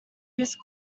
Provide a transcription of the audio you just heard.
used